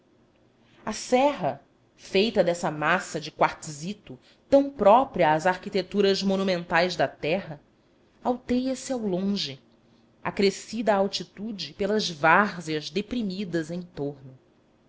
a serra feita dessa massa de quartzito tão própria às arquiteturas monumentais da terra alteia se ao longe acrescida a altitude pelas várzeas deprimidas em torno